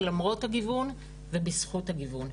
שלמרות הגיוון ובזכות הגיוון,